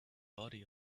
body